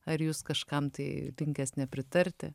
ar jūs kažkam tai linkęs nepritarti